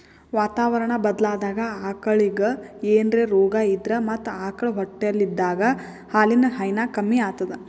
ವಾತಾವರಣಾ ಬದ್ಲಾದಾಗ್ ಆಕಳಿಗ್ ಏನ್ರೆ ರೋಗಾ ಇದ್ರ ಮತ್ತ್ ಆಕಳ್ ಹೊಟ್ಟಲಿದ್ದಾಗ ಹಾಲಿನ್ ಹೈನಾ ಕಮ್ಮಿ ಆತದ್